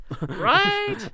Right